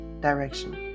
direction